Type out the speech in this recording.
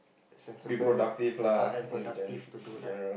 sensible err and productive to do lah